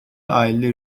aileler